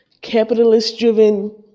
capitalist-driven